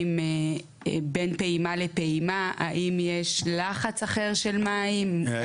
האם בין פעימה לפעימה יש לחץ אחר של מים שהוא יחסית מורגש?